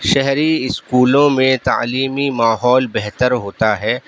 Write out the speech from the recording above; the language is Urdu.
شہری اسکولوں میں تعلیمی ماحول بہتر ہوتا ہے